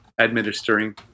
administering